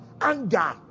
anger